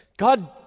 God